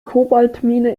kobaltmine